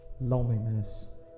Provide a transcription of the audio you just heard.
Loneliness